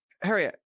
Harriet